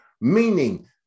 meaning